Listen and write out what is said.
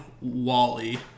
Wally